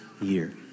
year